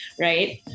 right